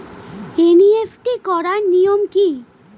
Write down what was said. NEFT করার নিয়ম কী?